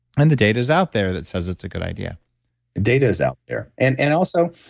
and the data is out there that says it's a good idea data is out there. and and also,